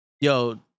Yo